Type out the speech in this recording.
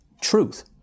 truth